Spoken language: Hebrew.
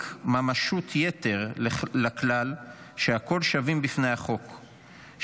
ממשות יתר לכלל שהכול שווים בפני החוק,